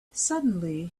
suddenly